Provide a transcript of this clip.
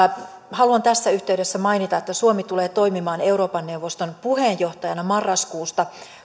haluan tässä yhteydessä mainita että suomi tulee toimimaan euroopan neuvoston puheenjohtajana marraskuusta